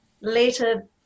later